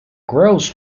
gross